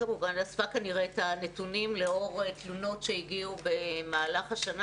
אספה כנראה את הנתונים לאור תלונות שהגיעו במהלך השנה